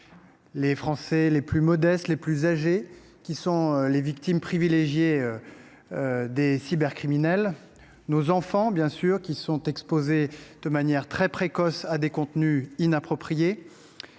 concitoyens les plus modestes, les plus âgés, sont les victimes privilégiées des cybercriminels. Nos enfants sont exposés de manière très précoce à des contenus inappropriés.